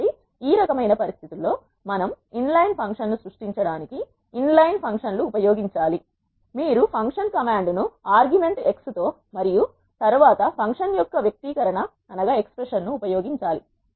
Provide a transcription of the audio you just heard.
కాబట్టి ఈ రకమైన పరిస్థితులలో మనం ఇన్లైన్ ఫంక్షన్ ను సృష్టించడానికి ఇన్లైన్ ఫంక్షన్ లు ఉపయోగించాలి మీరు ఫంక్షన్ కమాండ్ను ఆర్గ్యుమెంట్ x తో మరియు తరువాత ఫంక్షన్ యొక్క వ్యక్తీకరణ ఉపయోగించాలి